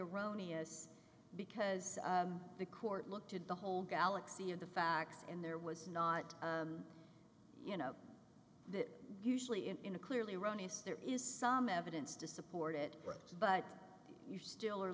erroneous because the court looked to the whole galaxy of the facts and there was not you know that usually in a clearly erroneous there is some evidence to support it works but you still are